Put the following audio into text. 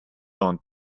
own